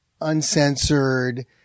uncensored